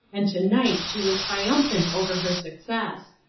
and to-night she was triumphant over her success.